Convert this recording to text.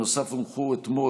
נוסף על כך הונחו אתמול,